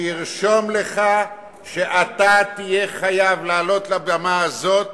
תרשום לך שאתה תהיה חייב לעלות לבמה הזאת